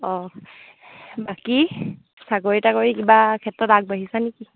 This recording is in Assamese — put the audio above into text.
অঁ বাকী চাকৰি তাকৰি কিবা ক্ষেত্ৰত আগবাঢ়িছা নেকি